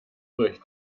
durch